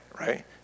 right